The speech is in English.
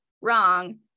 wrong